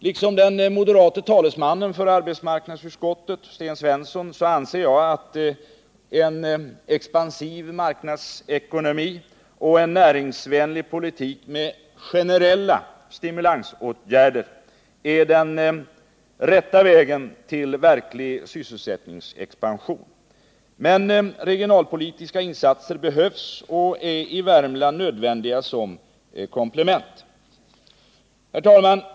Liksom den moderate talesmannen för arbetsmarknadsutskottet Sten Svensson anser jag, att en expansiv marknadsekonomi och en näringslivspolitik med generella stimulansåtgärder är den rätta vägen till en verklig sysselsättningsexpansion. Men regionalpolitiska insatser behövs och är i Värmland nödvändiga som komplement. Herr talman!